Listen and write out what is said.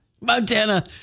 Montana